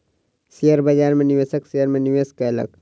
share बाजार में निवेशक शेयर में निवेश कयलक